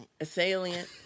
Assailant